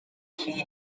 key